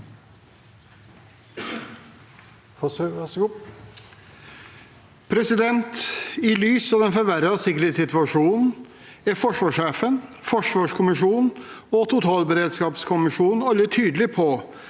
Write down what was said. I lys av den forver- rede sikkerhetssituasjonen er forsvarssjefen, forsvarskommisjonen og totalberedskapskommisjonen alle tydelige på